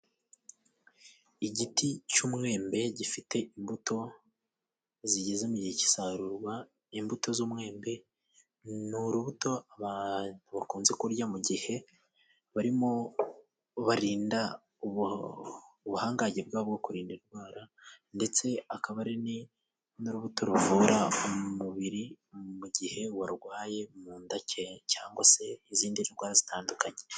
Igiti cy'umwembe gifite imbuto zigeze mu gihe k'isarurwa， imbuto z'umwembe ni urubuto bakunze kurya mu gihe barimo barinda ubuhangange bwabo，bwo kurinda indwara ndetse akaba ari n'urubuto ruvura umubiri， mu gihe warwaye mu nda cyangwa se izindi ndwara zitandukanye.